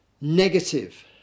negative